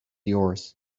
yours